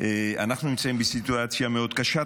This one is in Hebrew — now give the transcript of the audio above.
אנחנו נמצאים בסיטואציה מאוד קשה.